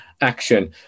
action